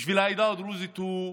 בשביל העדה הדרוזית הוא סטירה.